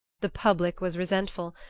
the public was resentful,